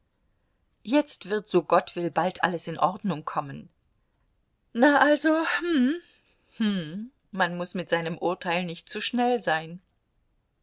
jetzt wird so gott will bald alles in ordnung kommen na also hm hm man muß mit seinem urteil nicht zu schnell sein